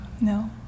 No